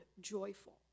joyful